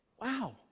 Wow